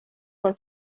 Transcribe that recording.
con